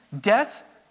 death